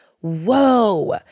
whoa